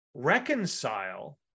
reconcile